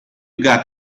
got